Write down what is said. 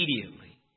immediately